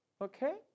Okay